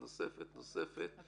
נוספת,